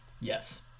Yes